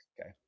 Okay